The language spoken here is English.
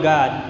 God